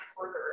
further